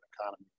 economy